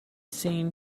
seen